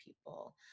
people